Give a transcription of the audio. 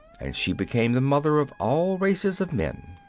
and she became the mother of all races of men.